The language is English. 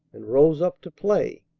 and rose up to play.